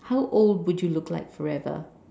how old would you look like forever